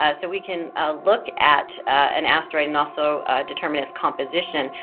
ah so we can look at an asteroid and also determine its composition.